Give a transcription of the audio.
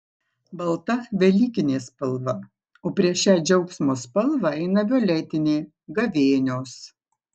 balta velykinė spalva o prieš šią džiaugsmo spalvą eina violetinė gavėnios